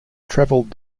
traveled